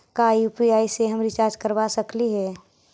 का यु.पी.आई से हम रिचार्ज करवा सकली हे?